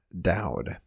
Dowd